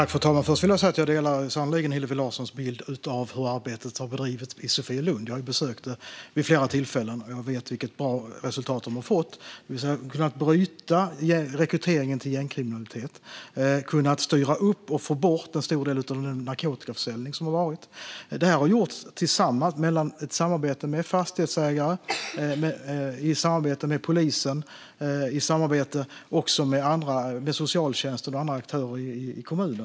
Fru talman! Först vill jag säga att jag sannerligen delar Hillevi Larssons bild av hur arbetet har bedrivits i Sofielund. Jag har besökt det vid flera tillfällen, och jag vet vilket bra resultat de har fått. De har kunnat bryta rekryteringen till gängkriminalitet och kunnat styra upp och få bort en stor del av den narkotikaförsäljning som varit. Det här har gjorts tillsammans i ett samarbete med fastighetsägare, polisen, socialtjänsten och andra aktörer i kommunen.